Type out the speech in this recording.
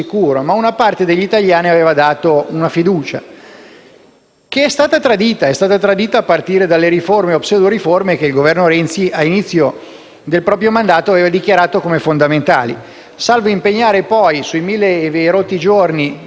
Questa fiducia è stata tradita, a partire dalle riforme o pseudoriforme che il Governo Renzi, all'inizio del proprio mandato, aveva dichiarato come fondamentali, salvo impegnare poi, sui mille e rotti giorni del proprio mandato, cinquecento giorni per una riforma costituzionale